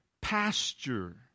pasture